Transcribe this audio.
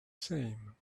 same